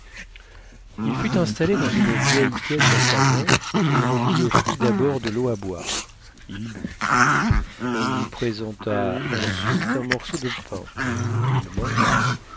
il fut installé dans une vieille caisse à savon et on lui offrit d'abord de l'eau à boire il but on lui présenta ensuite un morceau de pain il mangea